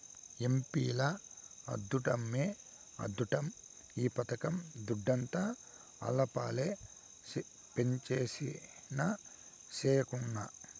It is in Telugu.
ఎంపీల అద్దుట్టమే అద్దుట్టం ఈ పథకం దుడ్డంతా ఆళ్లపాలే పంజేసినా, సెయ్యకున్నా